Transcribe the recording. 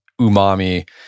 umami